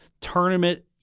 tournament